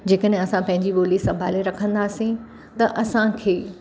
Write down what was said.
जेकॾहिं असां पंहिंजी ॿोली संभाले रखंदासीं त असांखे